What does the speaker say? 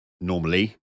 normally